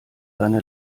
seine